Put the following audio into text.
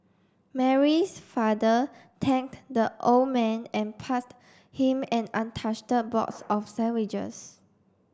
Mary's father thanked the old man and passed him an untouched box of sandwiches